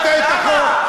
לא העברת את החוק.